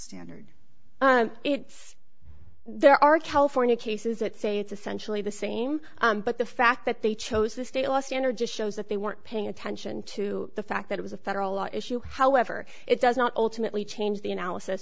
standard it's there are california cases that say it's essentially the same but the fact that they chose the state law standard just shows that they weren't paying attention to the fact that it was a federal law issue however it does not alternately change the analysis